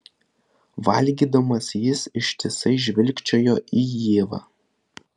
valgydamas jis ištisai žvilgčiojo į ievą